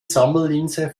sammellinse